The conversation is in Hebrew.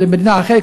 למדינה אחרת,